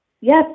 Yes